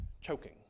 choking